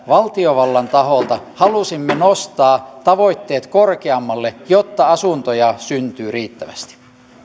valtiovallan taholta halusimme nostaa tavoitteet korkeammalle jotta asuntoja syntyy riittävästi